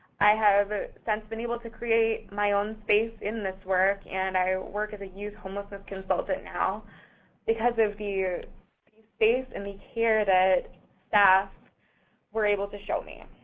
i have since been able to create my own space in this work and i work as a youth homelessness consultant now because of the ah the space and the care that staff were able to show me.